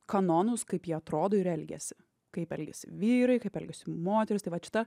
kanonus kaip jie atrodo ir elgiasi kaip elgiasi vyrai kaip elgiasi moterys tai vat šita